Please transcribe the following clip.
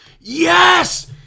Yes